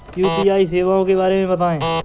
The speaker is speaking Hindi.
यू.पी.आई सेवाओं के बारे में बताएँ?